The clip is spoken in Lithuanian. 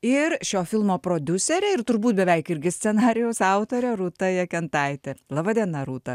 ir šio filmo prodiuserė ir turbūt beveik irgi scenarijaus autorė rūta jekentaitė laba diena rūta laba diena